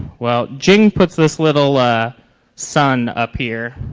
well jing puts this little sun up here